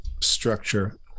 structure